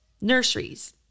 nurseries